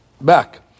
back